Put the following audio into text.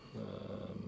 um